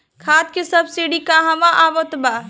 खाद के सबसिडी क हा आवत बा?